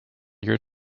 your